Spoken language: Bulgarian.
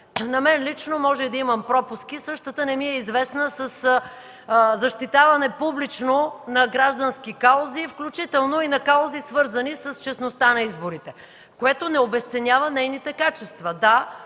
на мен – може да имам пропуски – същата не ми е известна с публично защитаване на граждански каузи, включително и на каузи, свързани с честността на изборите. Това не обезценява нейните качества: